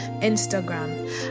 Instagram